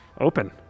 open